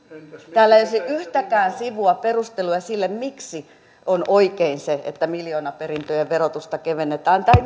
täällä ei olisi yhtäkään sivua perusteluja sille miksi on oikein se että miljoonaperintöjen verotusta kevennetään tai